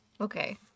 Okay